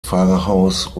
pfarrhaus